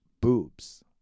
boobs